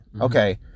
Okay